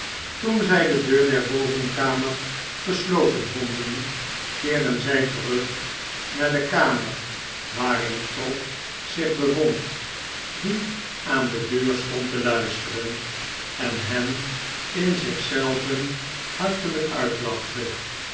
toen zij de deur der bovenkamer gesloten vonden keerden zij terug naar de kamer waarin trott zich bevond die aan de deur stond te luisteren en hen in zich zelven hartelijk uitlachte